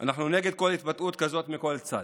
אנחנו נגד כל התבטאות כזאת מכל צד.